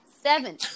seven